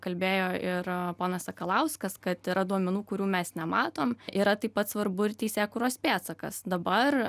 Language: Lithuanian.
kalbėjo ir ponas sakalauskas kad yra duomenų kurių mes nematom yra taip pat svarbu ir teisėkūros pėdsakas dabar